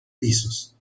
pisos